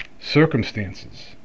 circumstances